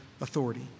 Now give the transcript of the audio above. authority